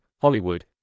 Hollywood